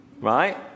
Right